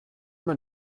man